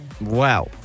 Wow